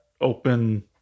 open